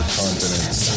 continents